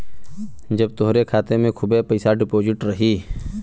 जब तोहरे खाते मे खूबे पइसा डिपोज़िट रही